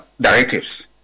directives